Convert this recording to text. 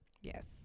Yes